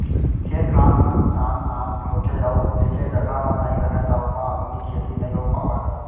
खेत खार मन नान नान होथे अउ एके जघा म नइ राहय त ओमा आधुनिक खेती नइ हो पावय